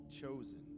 chosen